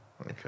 Okay